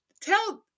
tell